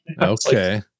Okay